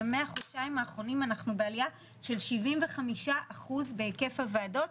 ומהחודשיים האחרונים אנחנו בעלייה של 75 אחוז בהיקף הועדות,